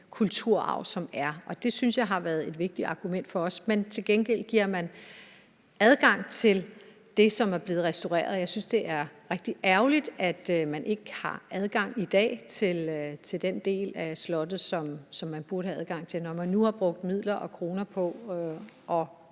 kulturarv, som der er, og det synes jeg har været et vigtigt argument for os. Til gengæld giver man adgang til det, som er blevet restaureret. Jeg synes, det er rigtig ærgerligt, at man i dag ikke har adgang til den del af slottet, som man burde have adgang til, når man nu har brugt midler og kroner på at